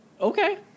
Okay